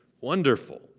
wonderful